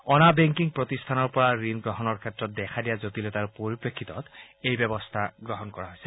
অনা বেংকিং প্ৰতিষ্ঠানৰ পৰা ঋণ গ্ৰহণৰ ক্ষেত্ৰত দেখা দিয়া জটিলতাৰ পৰিপ্ৰেক্ষিত এই ব্যৱস্থা গ্ৰহণ কৰা হৈছে